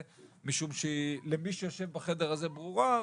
משום שלמי שיושב בחדר הזה היא ברורה,